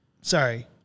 Sorry